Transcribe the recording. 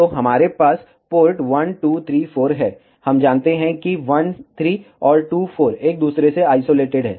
तो हमारे पास पोर्ट 1 2 3 4 हैं हम जानते हैं कि 1 3 और 2 4 एक दूसरे से आइसोलेटेड हैं